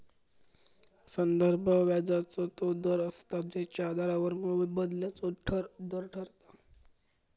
संदर्भ व्याजाचो तो दर असता जेच्या आधारावर मोबदल्याचो दर ठरता